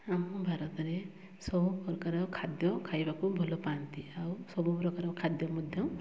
ଆମ ଭାରତରେ ସବୁ ପ୍ରକାର ଖାଦ୍ୟ ଖାଇବାକୁ ଭଲ ପାଆନ୍ତି ଆଉ ସବୁ ପ୍ରକାର ଖାଦ୍ୟ ମଧ୍ୟ